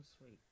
sweet